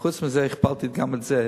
וחוץ מזה הכפלתי גם את זה,